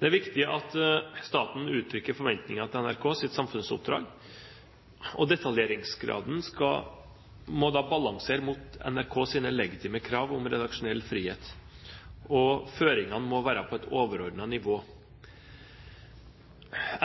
Det er viktig at staten uttrykker forventninger til NRKs samfunnsoppdrag, og detaljeringsgraden må balansere mot NRKs legitime krav om redaksjonell frihet. Føringene må være på et overordnet nivå.